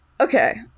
Okay